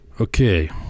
Okay